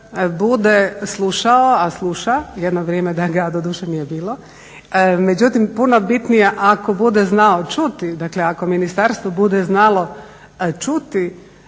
bude slušao, a sluša, jedno vrijeme ga doduše nije bilo, međutim puno bitnije je ako bude znao čuti, dakle ako ministarstvo bude znalo čuti